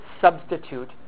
substitute